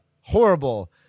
horrible